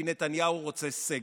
כי נתניהו רוצה סגר.